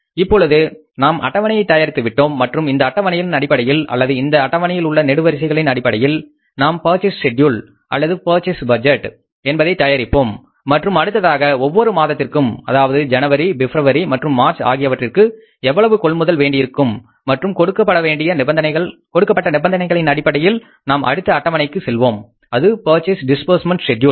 இப்பொழுது நாம் அட்டவணையை தயாரித்து விட்டோம் மற்றும் இந்த அட்டவணையின் அடிப்படையில் அல்லது இந்த அட்டவணையில் உள்ள நெடுவரிசை களின் அடிப்படையில் நாம் பர்ச்சேஸ் ஷெட்யூல் அல்லது பர்ச்சேஸ் பட்ஜெட் என்பதை தயாரிப்போம் மற்றும் அடுத்ததாக ஒவ்வொரு மாதத்திற்கும் அதாவது ஜனவரி பிப்ரவரி மற்றும் மார்ச் ஆகியவற்றிற்கு எவ்வளவு கொள்முதல் செய்ய வேண்டியிருக்கும் மற்றும் கொடுக்கப்பட்ட நிபந்தனைகளின் அடிப்படையில் நாம் அடுத்த அட்டவணைக்கு செல்வோம் அது பர்சேஸ் டிஸ்பூர்ஸ்மெண்ட் ஷெட்யூல்